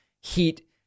heat